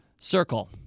circle